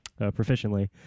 proficiently